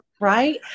Right